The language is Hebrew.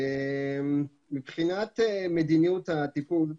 מבחינת מדיניות הטיפול.